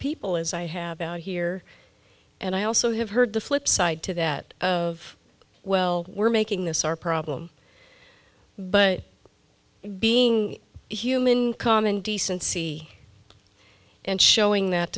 people as i have here and i also have heard the flip side to that of well we're making this our problem but being human common decency and showing that